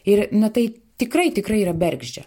ir na tai tikrai tikrai yra bergždžia